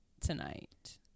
tonight